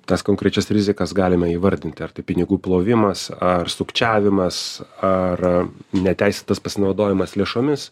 tas konkrečias rizikas galime įvardinti ar tai pinigų plovimas ar sukčiavimas ar neteisėtas pasinaudojimas lėšomis